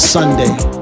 Sunday